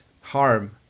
harm